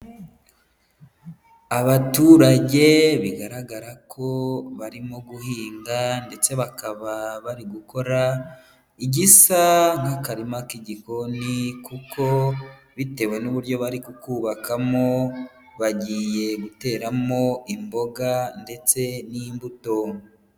Abaturage bigaragara ko barimo guhinga ndetse bakaba bari gukora igisa nk'akarima k'igikoni kuko bitewe n'uburyo bari kukubakamo bagiye guteramo imboga ndetse n'imbuto.